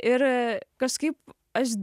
ir kažkaip aš